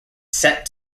set